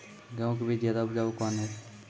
गेहूँ के बीज ज्यादा उपजाऊ कौन है?